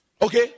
Okay